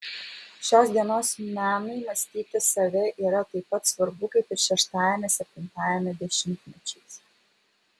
šios dienos menui mąstyti save yra taip pat svarbu kaip ir šeštajame septintajame dešimtmečiais